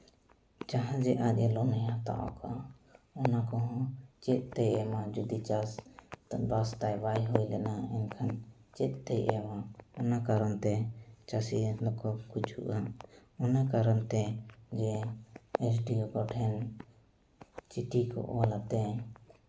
ᱡᱟᱦᱟᱸ ᱡᱮ ᱟᱡ ᱞᱳᱱᱮ ᱦᱟᱛᱟᱣ ᱟᱠᱟᱫ ᱚᱱᱟ ᱠᱚᱦᱚᱸ ᱪᱮᱫᱛᱮᱭ ᱮᱢᱟ ᱡᱩᱫᱤ ᱪᱟᱥᱵᱟᱥ ᱛᱟᱭ ᱵᱟᱭ ᱦᱩᱭ ᱞᱮᱱᱟ ᱮᱱᱠᱷᱟᱱ ᱪᱮᱫᱛᱮᱭ ᱮᱢᱟ ᱚᱱᱟ ᱠᱟᱨᱚᱱᱛᱮ ᱪᱟᱹᱥᱤ ᱦᱚᱲ ᱢᱟᱠᱚ ᱜᱩᱡᱩᱜᱼᱟ ᱚᱱᱟ ᱠᱟᱨᱚᱱᱛᱮ ᱡᱮ ᱮᱥ ᱰᱤ ᱳ ᱠᱚᱴᱷᱮᱱ ᱪᱤᱴᱷᱤ ᱠᱚ ᱚᱞ ᱠᱟᱛᱮᱫ